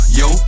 yo